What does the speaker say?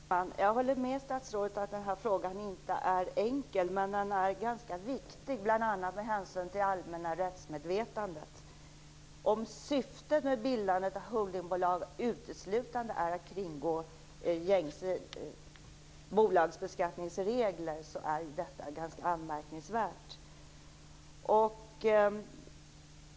Herr talman! Jag håller med statsrådet om att frågan inte är enkel, men den är ändå ganska viktig, bl.a. med hänsyn till det allmänna rättsmedvetandet. Om syftet med bildandet av holdingbolag uteslutande är att kringgå gängse bolagsbeskattningsregler är detta ganska anmärkningsvärt.